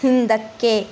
ಹಿಂದಕ್ಕೆ